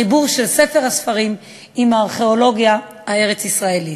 החיבור של ספר הספרים עם הארכיאולוגיה הארץ-ישראלית.